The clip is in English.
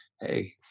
hey